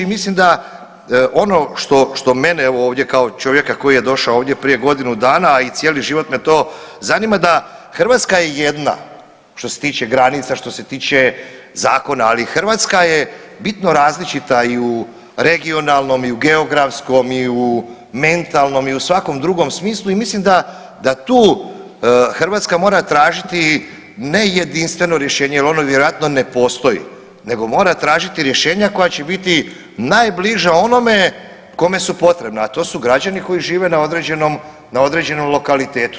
I mislim da ono što mene ovdje kao čovjeka koji je došao ovdje prije godinu dana, a i cijeli život me to zanima da Hrvatska je jedna što se tiče granica, što se tiče zakona, ali Hrvatska je bitno različita i u regionalnom i u geografskom i u mentalnom i u svakom drugom smislu i mislim da tu Hrvatska mora tražiti ne jedinstveno rješenje jer ono vjerojatno ne postoji, nego mora tražiti rješenja koja će biti najbliža onome kome su potrebna, a to su građani koji žive na određenom, na određenom lokaliteti.